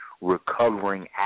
recovering